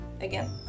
again